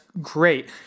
great